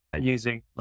using